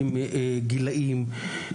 מהם הגילאים,